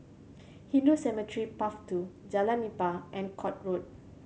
Hindu Cemetery Path Two Jalan Nipah and Court Road